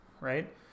right